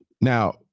Now